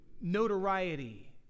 notoriety